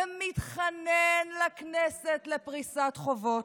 ומתחנן לכנסת לפריסת חובות?